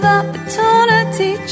opportunity